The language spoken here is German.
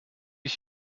ich